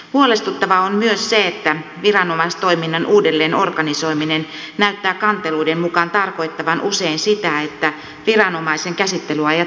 huolestuttavaa on myös se että viranomaistoiminnan uudelleenorganisoiminen näyttää kanteluiden mukaan tarkoittavan usein sitä että viranomaisen käsittelyajat pitenevät